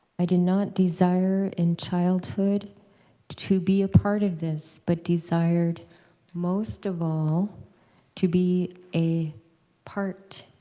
i did not desire in childhood to be a part of this but desired most of all to be a part,